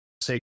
say